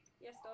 Yes